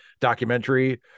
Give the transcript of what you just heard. documentary